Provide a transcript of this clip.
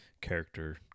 character